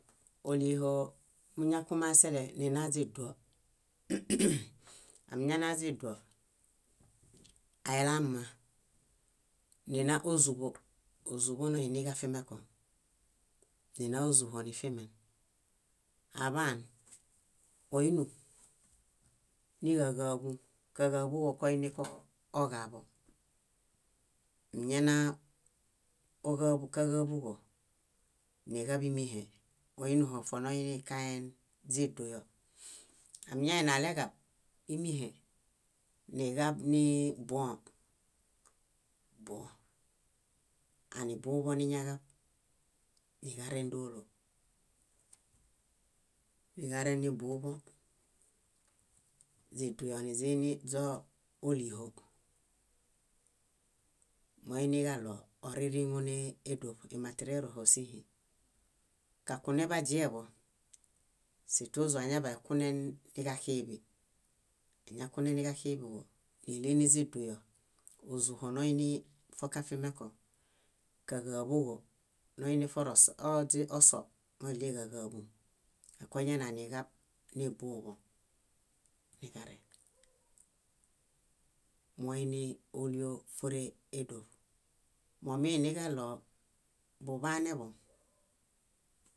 Óliho muñakumasele nina źiduo. Amiñana źiiduo, ailama, nina ózuho, ózuḃo noini kafimẽko, źina ózuho nifimen. Aḃaan óinum níġaġaḃun káġaḃũġo koinikoo oġaaḃo. Miñanaa óġaḃu káġaḃuġo níġaḃimiehe, óinũho fonoinikaen źiduyo. Amiñainialeġab ímiehe, niġab niibuõ, buõ. Anibuḃõ niñaġab níġarendolo, niġarenibuḃõ źiduyoniźiini źóoliho. Moiniġaɭo oririŋo nii édoṗ, imaterieruhe ósihi. Kakunẽḃaźieḃo sítuĵur añaḃaikunen niġaxiiḃi. Añakuneniġaxiiḃiġo, níli niźiduyo, ózuho noinifokafimeko, káġaḃuġo noiniforoso źi- o- oso, móɭieġaġaḃun, koañananiġab nibuḃõ niġareŋ. Moini óliofore édoṗ. Momiiniġaɭo buḃaneḃom,